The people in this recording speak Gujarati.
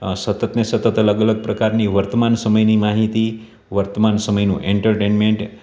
સતતને સતત અલગ અલગ પ્રકારની વર્તમાન સમયની માહિતી વર્તમાન સમયનું એન્ટરટેનમેન્ટ